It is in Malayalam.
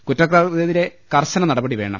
കുറ്റക്കാർക്കെതിരെ കർശന നട പടിവേണം